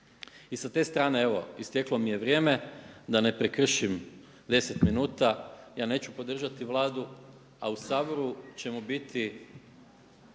I sa te strane evo isteklo mi je vrijeme, da ne prekršim deset minuta, ja neću podržati Vladu, a u Saboru ćemo biti